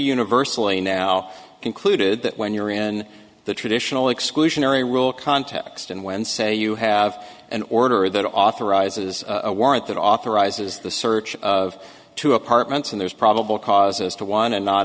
universally now concluded that when you're in the traditional exclusionary rule context and when say you have an order that authorizes a warrant that authorizes the search of two apartments and there's probable cause us to one and not